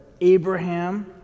Abraham